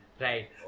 Right